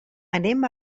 anem